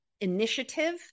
initiative